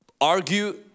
argue